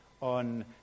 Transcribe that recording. on